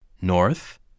North